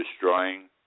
destroying